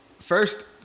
first